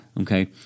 okay